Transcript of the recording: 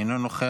אינו נוכח,